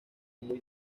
muy